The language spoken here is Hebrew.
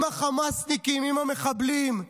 עם החמאסניקים, עם המחבלים,